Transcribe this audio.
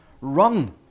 run